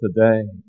today